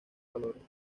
valores